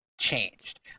changed